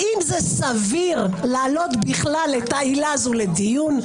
האם זה סביר להעלות את העילה הזאת לדיון?